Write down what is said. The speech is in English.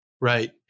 Right